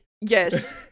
Yes